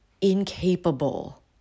incapable